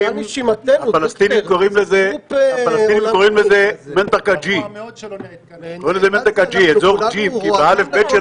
היא תביעה על כל שטח C. ובמערכה הזאת על ארץ ישראל